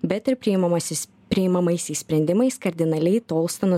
bet ir priimamasis priimamaisiais sprendimais kardinaliai tolsta nuo